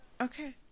Okay